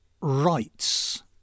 rights